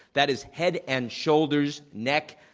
that is head and shoulders, neck,